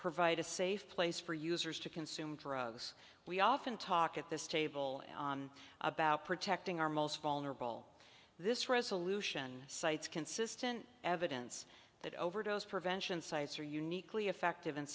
provide a safe place for users to consume drugs we often talk at this table about protecting our most vulnerable this resolution cites consistent evidence that overdose prevention sites are uniquely effective